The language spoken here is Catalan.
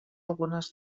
algunes